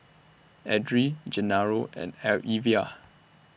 Edrie Genaro and L Evia